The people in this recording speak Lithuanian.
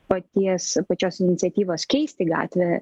paties pačios iniciatyvos keisti gatvę